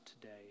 today